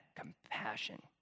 compassion